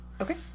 Okay